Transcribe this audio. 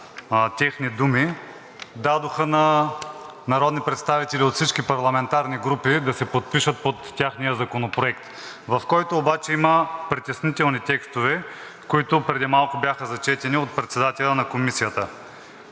техни думи, дадоха на народни представители от всички парламентарни групи да се подпишат под техния законопроект, в който обаче има притеснителни текстове, които преди малко бяха изчетени от председателя на Комисията.